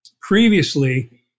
previously